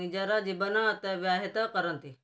ନିଜର ଜୀବନ ଅତିବାହିତ କରନ୍ତି